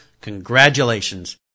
congratulations